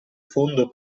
fondo